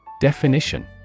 Definition